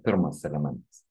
pirmas elementas